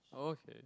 okay